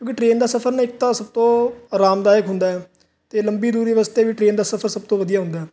ਕਿਉਂਕੀ ਟਰੇਨ ਦਾ ਸਫਰ ਨਾ ਇੱਕ ਤਾਂ ਅਰਾਮਦਾਇਕ ਹੁੰਦਾ ਤੇ ਲੰਬੀ ਦੂਰੀ ਵਾਸਤੇ ਵੀ ਟਰੇਨ ਦਾ ਸਫਰ ਸਭ ਤੋਂ ਵਧੀਆ ਹੁੰਦਾ